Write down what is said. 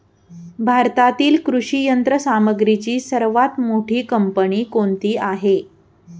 भारतातील कृषी यंत्रसामग्रीची सर्वात मोठी कंपनी कोणती आहे?